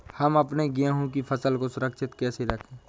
हम अपने गेहूँ की फसल को सुरक्षित कैसे रखें?